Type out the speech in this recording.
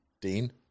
Dean